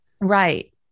Right